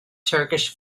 turkish